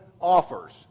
offers